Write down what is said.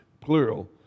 plural